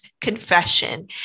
confession